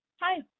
Hi